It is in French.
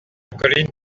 colline